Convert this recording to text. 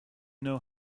know